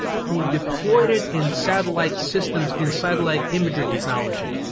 who deployed it in satellite systems in satellite imaging technology,